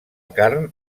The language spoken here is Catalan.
carn